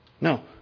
No